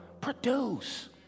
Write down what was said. produce